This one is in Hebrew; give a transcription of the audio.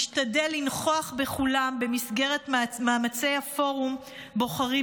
השתדל להיות נוכח בכולם במסגרת מאמצי פורום בוחרים